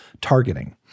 targeting